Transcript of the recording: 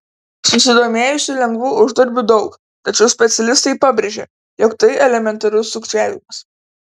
susidomėjusių lengvu uždarbiu daug tačiau specialistai pabrėžia jog tai elementarus sukčiavimas